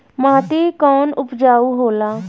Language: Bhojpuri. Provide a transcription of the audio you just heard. माटी कौन उपजाऊ होला?